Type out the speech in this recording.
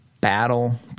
battle